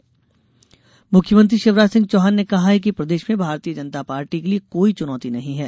मुख्यमंत्री रतलाम मुख्यमंत्री शिवराज सिंह चौहान ने कहा है कि प्रदेश में भारतीय जनता पार्टी के लिये कोई चुनौती नहीं है